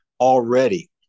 already